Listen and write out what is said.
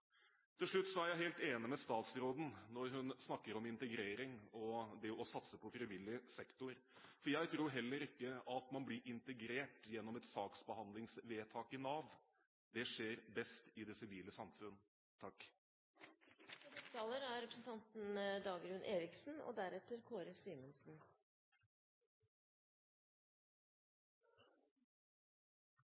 Til slutt: Jeg er helt enig med statsråden når hun snakker om integrering og det å satse på frivillig sektor. For jeg tror heller ikke at man blir integrert gjennom et saksbehandlingsvedtak i Nav. Det skjer best i det sivile samfunn.